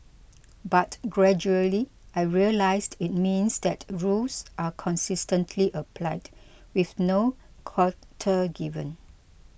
but gradually I realised it means that rules are consistently applied with no quarter given